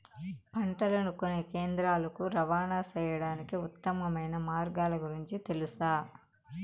పంటలని కొనే కేంద్రాలు కు రవాణా సేయడానికి ఉత్తమమైన మార్గాల గురించి తెలుసా?